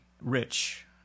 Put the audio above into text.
rich